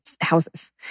houses